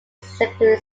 secondary